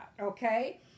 okay